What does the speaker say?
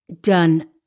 Done